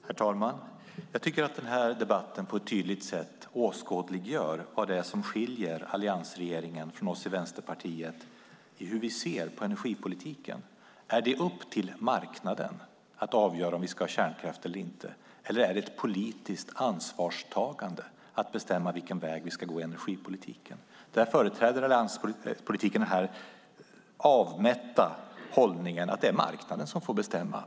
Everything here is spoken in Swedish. Herr talman! Jag tycker att den här debatten på ett tydligt sätt åskådliggör vad som skiljer alliansregeringen från oss i Vänsterpartiet i hur vi ser på energipolitiken. Är det upp till marknaden att avgöra om vi ska ha kärnkraft eller inte, eller är det ett politiskt ansvarstagande att bestämma vilken väg vi ska gå i energipolitiken? Det finns hos företrädare för allianspolitiken den avmätta hållningen att det är marknaden som får bestämma.